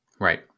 Right